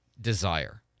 desire